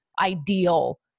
ideal